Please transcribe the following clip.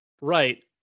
Right